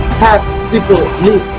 have people